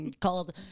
called